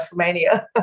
WrestleMania